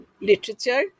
literature